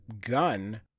gun